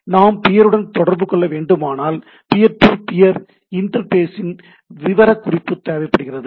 நாம் பியருடன் தொடர்பு கொள்ள வேண்டுமானால் பியர் டு பியர் இன்டர்பேஸின் விவரக்குறிப்பு தேவைப்படுகிறது